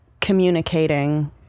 communicating